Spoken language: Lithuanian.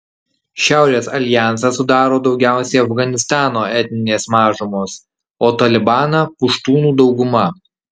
šiaurės aljansą sudaro daugiausiai afganistano etninės mažumos o talibaną puštūnų dauguma